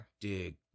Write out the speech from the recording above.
dig